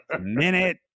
minute